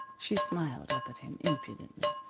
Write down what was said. she smiled up at him, impudently.